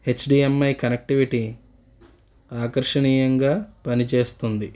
HDMI connectivity ఆకర్షణీయంగా పనిచేస్తుంది